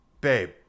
babe